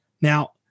Now